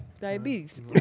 Diabetes